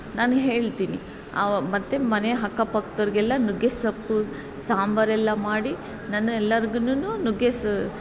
ನಾನು ಹೇಳ್ತೀನಿ ಮತ್ತು ಮನೆ ಅಕ್ಕಪಕ್ದವ್ರಿಗೆಲ್ಲಾ ನುಗ್ಗೆ ಸೊಪ್ಪು ಸಾಂಬಾರೆಲ್ಲಾ ಮಾಡಿ ನಾನು ಎಲ್ಲಾರ್ಗೂನು ನುಗ್ಗೆ